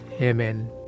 Amen